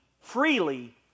freely